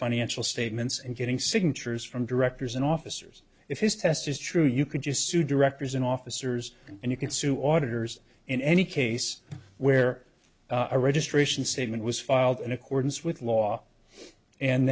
financial statements and getting signatures from directors and officers if this test is true you can just sue directors and officers and you can sue auditor's in any case where a registration segment was filed in accordance with law and